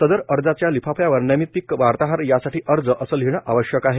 सदर अर्जाच्या लिफाफ्यावर नैमितिक वार्ताहर यासाठी अर्ज असे लिहिणे आवश्यक आहे